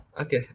okay